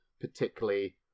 particularly